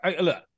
Look